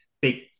big